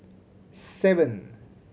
seven